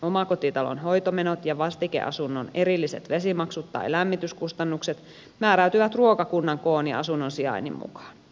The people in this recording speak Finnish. omakotitalon hoitomenot ja vastikeasunnon erilliset vesimaksut tai lämmityskustannukset määräytyvät ruokakunnan koon ja asunnon sijainnin mukaan